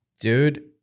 Dude